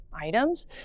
items